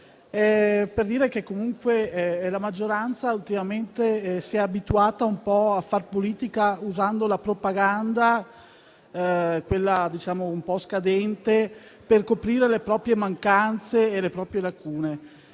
per dire che comunque la maggioranza ultimamente si è abituata a far politica usando una propaganda un po' scadente per coprire le proprie mancanze e le proprie lacune.